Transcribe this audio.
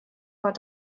war